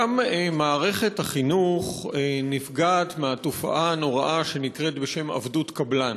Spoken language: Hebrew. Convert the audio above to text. גם מערכת החינוך נפגעת מהתופעה הנוראה שנקראת בשם עבדות קבלן.